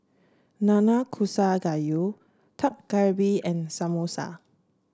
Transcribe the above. Nanakusa Gayu Dak Galbi and Samosa